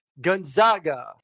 Gonzaga